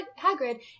Hagrid